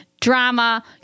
drama